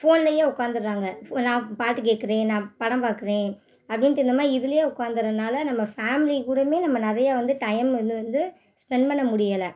ஃபோன்லையே உட்காந்துர்றாங்க நான் பாட்டு கேட்குறேன் நான் படம் பார்க்குறேன் அப்படின்ட்டு இந்தமாதிரி இதிலயே உட்காந்துறனால நம்ம ஃபேமிலி கூடவே நம்ம நிறையா வந்து டைம்மு வந்து வந்து ஸ்பெண்ட் பண்ண முடியலை